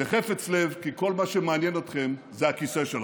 בחפץ לב, כי כל מה שמעניין אתכם זה הכיסא שלכם.